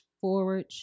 forward